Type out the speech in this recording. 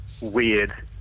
weird